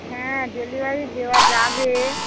হ্যাঁ ডেলিভারি দেওয়া যাবে